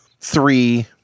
three